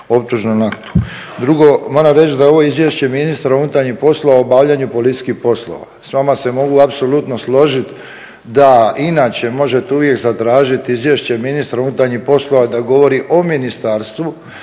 Drugo, moram reći da je ovo izvješća ministra unutarnjih poslova o obavljanju policijskih poslova. S vama se mogu apsolutno složiti da inače uvijek možete zatražiti izvješće ministra unutarnjih poslova da govori o ministarstvu